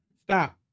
stop